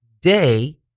day